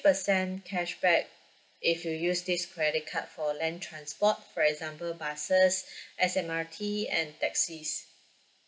percent cash back if you use this credit card for land transport for example buses S_M_R_T and taxis